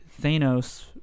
Thanos